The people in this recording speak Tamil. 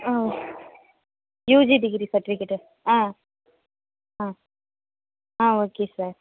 ஆ யூஜி டிகிரி சர்டிஃபிகேட்டு ஆ ஆ ஆ ஓகே சார்